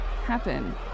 Happen